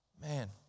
Man